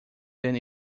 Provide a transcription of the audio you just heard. than